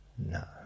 No